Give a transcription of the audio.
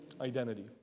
identity